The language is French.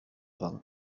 vingts